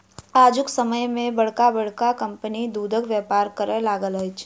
आजुक समय मे बड़का बड़का कम्पनी दूधक व्यापार करय लागल अछि